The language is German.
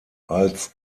als